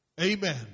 Amen